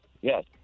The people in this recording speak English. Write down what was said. Yes